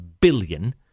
billion